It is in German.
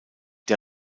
der